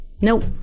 Nope